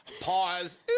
pause